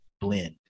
blend